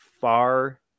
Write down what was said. far